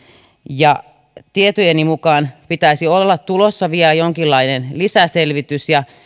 ja tietojeni mukaan pitäisi olla tulossa vielä jonkinlainen lisäselvitys kun